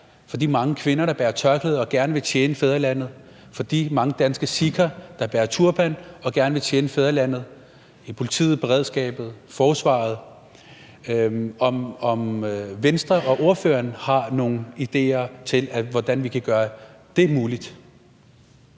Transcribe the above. for de mange kvinder, der bærer tørklæde, og som gerne vil tjene fædrelandet, for de mange danske sikher, der bærer turban, og som gerne vil tjene fædrelandet, i politiet, beredskabet og forsvaret, og om Venstre og ordføreren har nogle idéer til, hvordan vi kan gøre det muligt.